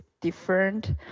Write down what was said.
different